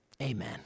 Amen